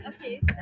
Okay